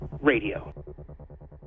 Radio